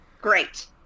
Great